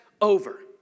over